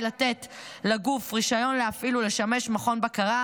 לתת לגוף רישיון להפעיל ולשמש מכון בקרה,